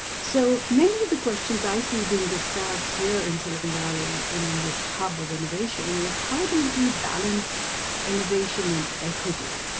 so many of the questions i see being discussed here in silicon valley and in this hub of innovation is how do we balance innovation in equity?